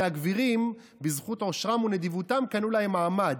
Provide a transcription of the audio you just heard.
הגבירים בזכות עושרם ונדיבותם קנו להם מעמד,